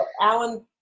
Alan